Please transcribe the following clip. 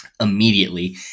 immediately